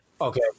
Okay